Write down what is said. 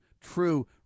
true